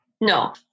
No